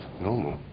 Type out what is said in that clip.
Normal